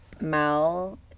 Mal